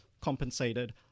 compensated